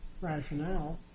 rationale